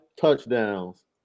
touchdowns